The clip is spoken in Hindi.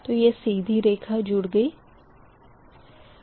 तो यह सीधी रेखा जुड़ जाएगी